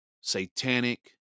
satanic